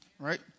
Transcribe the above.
Right